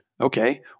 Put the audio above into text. Okay